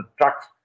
trucks